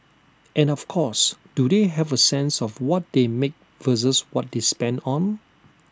and of course do they have A sense of what they make versus what they spend on